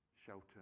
Shelter